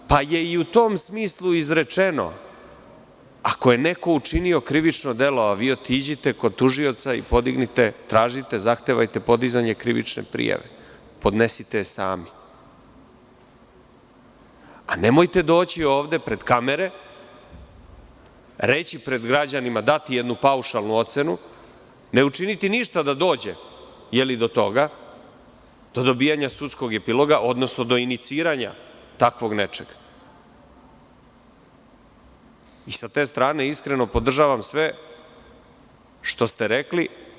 I u tom smislu je izrečeno, ako je neko učinio krivično delo, a vi otiđite kod tužioca i podignite, tražite, zahtevajte podizanje krivične prijave, podnesite je sami, a nemojte doći ovde pred kamere, reći pred građanima, dati jednu paušalu ocenu, ne učiniti ništa da dođe do toga, do dobijanja sudskog epiloga, odnosno do iniciranja takvog nečega i sa te strane iskreno podržavam sve što ste rekli.